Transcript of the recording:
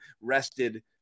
rested